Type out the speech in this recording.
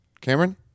Cameron